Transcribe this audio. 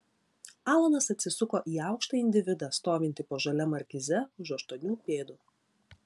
alanas atsisuko į aukštą individą stovintį po žalia markize už aštuonių pėdų